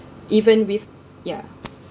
even with yeah